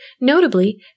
Notably